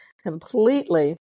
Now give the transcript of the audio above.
completely